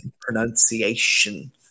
pronunciation